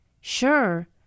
Sure